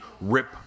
rip